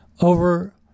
over